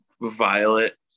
Violet